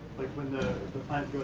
like when the